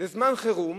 לזמן חירום